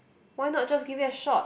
why not just give it a shot